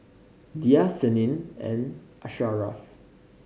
Dhia Senin and Asharaff